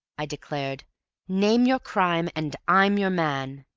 i declared name your crime, and i'm your man.